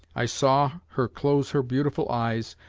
i saw her close her beautiful eyes,